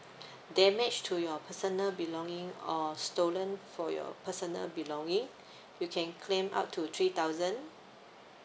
damage to your personal belonging or stolen for your personal belonging you can claim up to three thousand